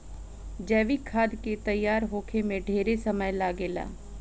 जैविक खाद के तैयार होखे में ढेरे समय लागेला